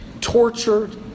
tortured